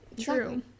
true